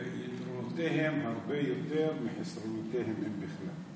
ויתרונותיהם הם הרבה יותר מחסרונותיהם, אם בכלל.